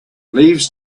leaves